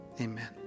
Amen